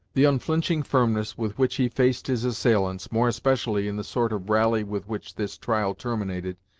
the unflinching firmness with which he faced his assailants, more especially in the sort of rally with which this trial terminated,